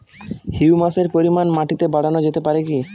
হিউমাসের পরিমান মাটিতে বারানো যেতে পারে কি?